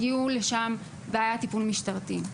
הגיעו לשם והיה טיפול משטרתי.